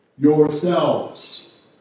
yourselves